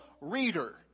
reader